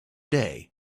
day